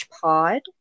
pod